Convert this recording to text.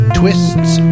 twists